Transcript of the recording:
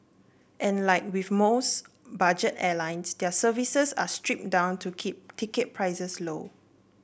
and like with most budget airlines their services are stripped down to keep ticket prices low